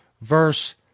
verse